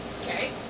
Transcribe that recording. Okay